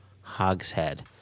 hogshead